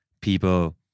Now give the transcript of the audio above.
people